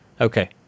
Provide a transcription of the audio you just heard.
Okay